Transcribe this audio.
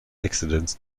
accidents